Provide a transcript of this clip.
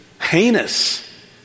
heinous